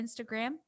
Instagram